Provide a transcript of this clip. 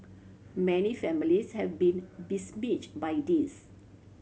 many families have been besmirch by this